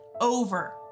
over